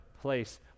place